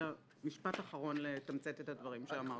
אלא משפט אחרון כדי לתמצת את הדברים שאמרת.